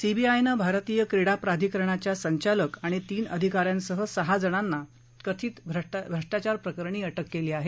सीबीआयनं भारतीय क्रीडा प्राधिकरणाच्या संचालक आणि तीन अधिका यांसह सहाजणांना कथित भ्रष्टाचारप्रकरणी अटक केली आहे